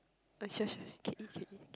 Alicia we can eat we can eat